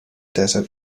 desert